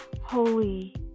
holy